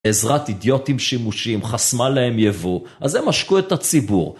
עזרת אידיוטים שימושים חסמה להם יבוא, אז הם עשקו את הציבור.